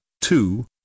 two